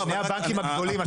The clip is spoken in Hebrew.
שני הבנקים הגדולים,